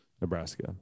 Nebraska